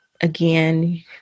again